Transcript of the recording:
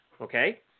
Okay